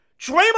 Draymond